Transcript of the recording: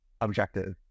objective